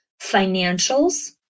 financials